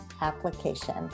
application